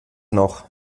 noch